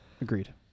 Agreed